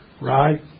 right